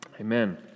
Amen